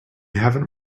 haven’t